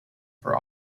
for